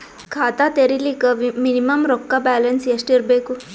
ಖಾತಾ ತೇರಿಲಿಕ ಮಿನಿಮಮ ರೊಕ್ಕ ಬ್ಯಾಲೆನ್ಸ್ ಎಷ್ಟ ಇರಬೇಕು?